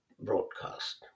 broadcast